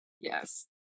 yes